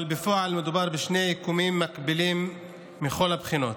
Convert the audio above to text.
אבל בפועל מדובר בשני יקומים מקבילים מכל הבחינות,